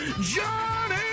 Johnny